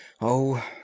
Oh